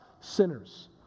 sinners